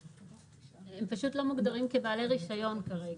הם פשוט לא מוגדרים כבעלי רישיון כרגע.